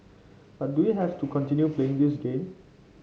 but do we have to continue playing this game